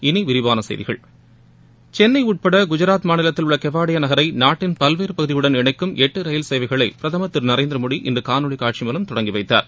இனி விரிவான செய்திகள் சென்னை உட்பட குஜராத் மாநிலத்தில் உள்ள கெவாடியா நகரை நாட்டின் பல்வேறு பகுதிகளுடன் இணைக்கும் எட்டு ரயில் சேவைகளை பிரதமர் திரு நரேந்திர மோடி இன்று காணொலி காட்சி மூலம் தொடங்கிவைத்தார்